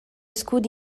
scudi